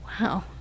Wow